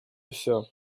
все